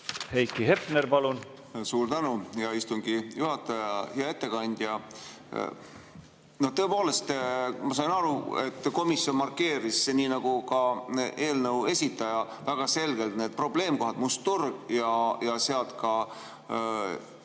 Heiki Hepner, palun! Suur tänu, hea istungi juhataja! Hea ettekandja! Tõepoolest, ma sain aru, et komisjon markeeris nii nagu ka eelnõu esitleja väga selgelt need probleemkohad: must turg ja seetõttu ka